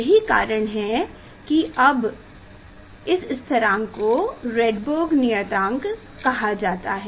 यही कारण है कि अब इस स्थिरांक को रडबर्ग नियातांक कहा जाता है